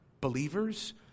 believers